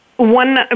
One